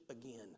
again